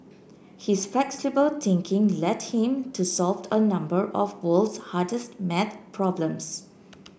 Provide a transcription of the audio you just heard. his flexible thinking led him to solved a number of world's hardest maths problems